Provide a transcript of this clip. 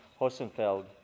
Hosenfeld